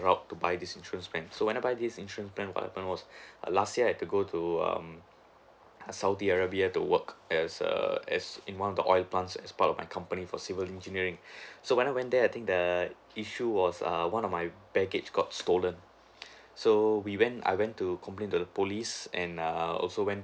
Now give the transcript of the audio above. brought to buy this insurance plan so when I buy this insurance plan what happened was last year I have to go to um saudi arabia to work as a as in one of the oil plant as part of my company for civil engineering so when I went there I think the issue was um one of my baggage got stolen so we went I went to complaint the police and err also went